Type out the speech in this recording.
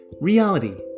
Reality